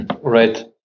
right